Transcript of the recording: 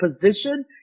position